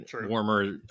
warmer